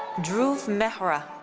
dhruv mehra.